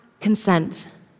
consent